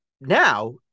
Now